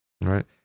right